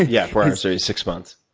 yeah, four hours every six months.